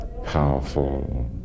powerful